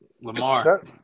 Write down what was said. Lamar